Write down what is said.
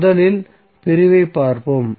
முதலில் பிரிவைப் பார்ப்போம்